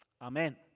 Amen